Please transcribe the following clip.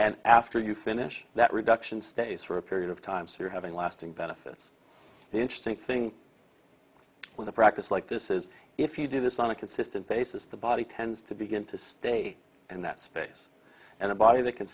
and after you finish that reduction stays for a period of time series having lasting benefits the interesting thing with a practice like this is if you do this on a consistent basis the body tends to begin to stay in that space and a body that can